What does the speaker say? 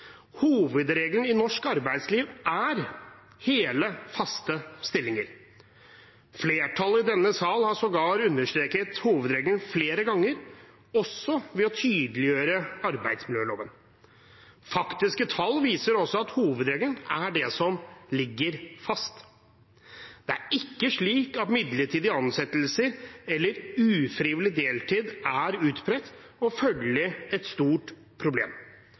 Hovedregelen i norsk arbeidsliv er hele, faste stillinger. Flertallet i denne sal har sågar understreket hovedregelen flere ganger, også ved å tydeliggjøre arbeidsmiljøloven. Faktiske tall viser også at hovedregelen ligger fast. Det er ikke slik at midlertidige ansettelser eller ufrivillig deltid er utbredt og følgelig et stort problem.